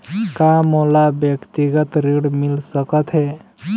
का मोला व्यक्तिगत ऋण मिल सकत हे?